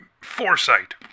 foresight